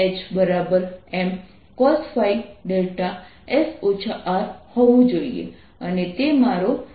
HMcosϕ δ હોવું જોઈએ અને તે તમારો જવાબ છે